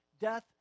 death